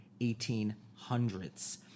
1800s